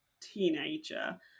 teenager